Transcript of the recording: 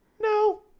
No